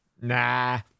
Nah